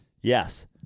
Yes